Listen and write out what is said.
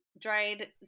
dried